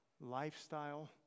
lifestyle